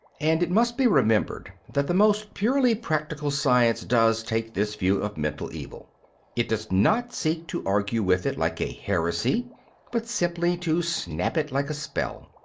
and it must be remembered that the most purely practical science does take this view of mental evil it does not seek to argue with it like a heresy but simply to snap it like a spell.